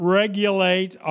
regulate